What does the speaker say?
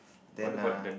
then err